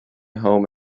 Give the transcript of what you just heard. home